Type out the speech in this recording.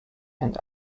and